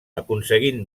aconseguint